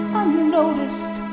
unnoticed